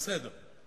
בסדר,